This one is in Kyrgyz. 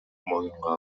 моюнга